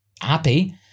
happy